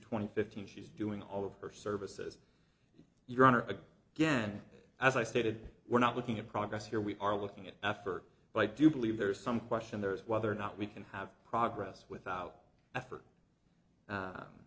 twenty fifteen she's doing all of her services your honor a again as i stated we're not looking at progress here we are looking at effort but i do believe there is some question there is whether or not we can have progress without effort